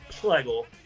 Schlegel